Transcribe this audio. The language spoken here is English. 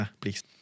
please